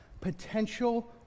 Potential